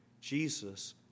Jesus